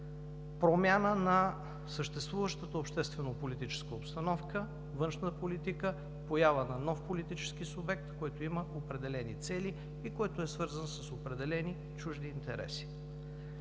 промяна на съществуващата обществено-политическа обстановка, външна политика, поява на нов политически субект, който има определени цели и което е свързано с определени чужди интереси.